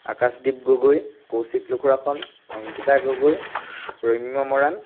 Akash Deep Gogoi Kaushik Lukurakhan Ankita Gogoi Ramya Moran